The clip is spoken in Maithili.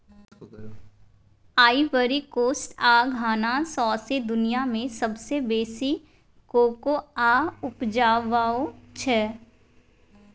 आइबरी कोस्ट आ घाना सौंसे दुनियाँ मे सबसँ बेसी कोकोआ उपजाबै छै